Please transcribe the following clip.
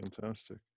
Fantastic